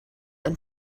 and